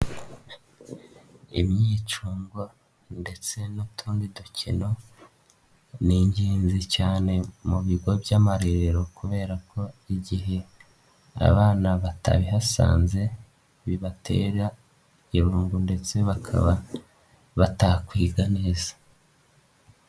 Imyicungwa ndetse n'utundi dukino ni ingenzi cyane mu bigo by'amarerero kubera ko igihe abana batabihasanze bibatera irungu ndetse bakaba batakwiga neza.